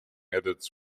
edits